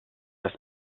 das